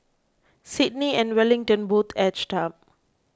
Sydney and Wellington both edged up